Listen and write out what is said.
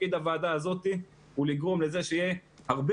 תפקיד הוועדה הזאת הוא לגרום לזה שיהיה הרבה